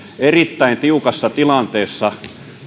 erittäin tiukassa tilanteessa